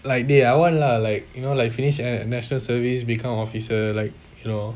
like they are one lah like you know like you finish national service become officer like you know